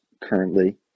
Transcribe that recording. currently